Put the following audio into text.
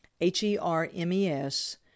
H-E-R-M-E-S